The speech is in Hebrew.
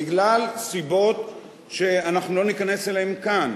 בגלל סיבות שאנחנו לא ניכנס אליהן כאן,